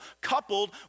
coupled